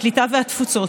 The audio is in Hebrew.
הקליטה והתפוצות.